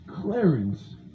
Clarence